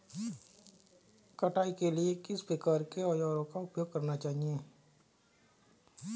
कटाई के लिए किस प्रकार के औज़ारों का उपयोग करना चाहिए?